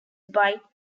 bight